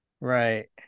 Right